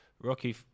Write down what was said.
Rocky